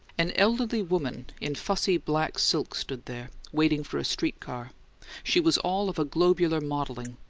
an elderly woman in fussy black silk stood there, waiting for a streetcar she was all of a globular modelling,